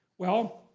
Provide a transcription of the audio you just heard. well,